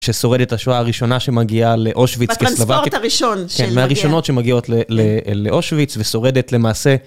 ששורדת השואה הראשונה שמגיעה לאושוויץ כסלובקית. בטרנספורט הראשון. כן, מהראשונות שמגיעות לאושוויץ ושורדת למעשה.